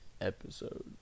episode